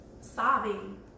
sobbing